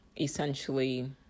essentially